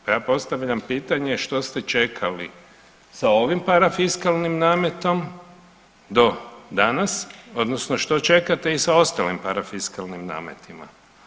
Pa ja postavljam pitanje što ste čekali sa ovim parafiskalnim nametom do danas odnosno što čekate i s ostalim parafiskalnim nametima?